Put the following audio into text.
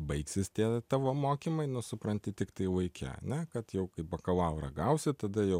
baigsis tie tavo mokymai nu supranti tiktai jau laike ane kad jau kai bakalaurą gausi tada jau